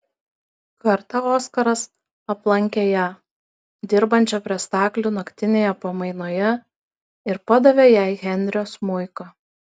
kartą oskaras aplankė ją dirbančią prie staklių naktinėje pamainoje ir padavė jai henrio smuiką